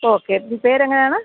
okay ഇത് പേര് എങ്ങനെയാണ്